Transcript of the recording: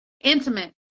intimate